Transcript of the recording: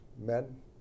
men